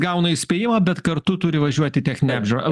gauna įspėjimą bet kartu turi važiuoti į techninęapžiūrą